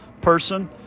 person